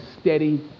steady